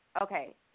Okay